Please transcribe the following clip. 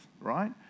right